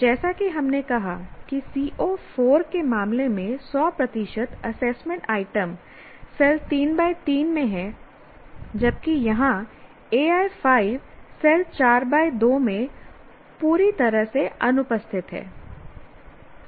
जैसा कि हमने कहा कि CO 4 के मामले में 100 प्रतिशत असेसमेंट आइटम सेल 3 3 में हैं जबकि यहां AI5 सेल 4 2 में पूरी तरह से अनुपस्थित है